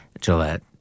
Gillette